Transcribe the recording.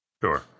sure